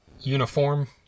uniform